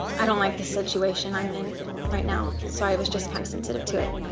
i don't like the situation i'm in right now so i was just kind of sensitive to it.